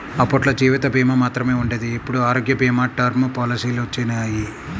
అప్పట్లో జీవిత భీమా మాత్రమే ఉండేది ఇప్పుడు ఆరోగ్య భీమా, టర్మ్ పాలసీలొచ్చినియ్యి